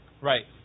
Right